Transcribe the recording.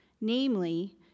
namely